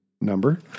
number